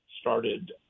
started